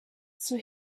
zur